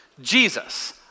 Jesus